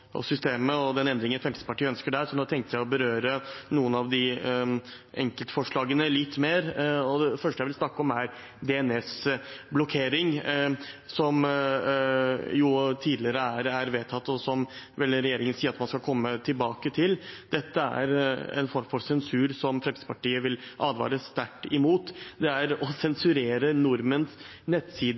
systemet og den endringen Fremskrittspartiet ønsker der, så nå tenkte jeg å berøre noen av enkeltforslagene litt mer. Det første jeg vil snakke om er DNS-blokkering, som tidligere er vedtatt, og som regjeringen sier at man skal komme tilbake til. Dette er en form for sensur som Fremskrittspartiet vil advare sterkt imot. Det er å sensurere nordmenns nettsider